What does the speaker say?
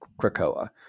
Krakoa